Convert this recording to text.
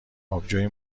آبجوی